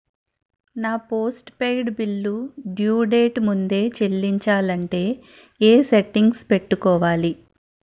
నా postpaid bill due date ముందే చెల్లించాలంటే ఎ సెట్టింగ్స్ పెట్టుకోవాలి?